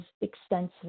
extensive